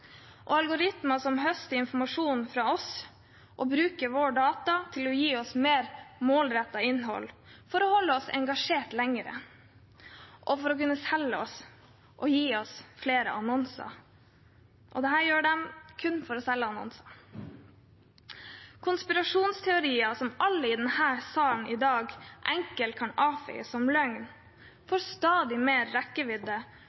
og algoritmer som høster informasjon fra oss, bruker våre data for å gi oss mer målrettet innhold, for å holde oss engasjert lenger og for å kunne gi oss flere annonser. Dette gjør de kun for å selge annonser. Konspirasjonsteorier som alle i denne salen i dag enkelt kan avfeie som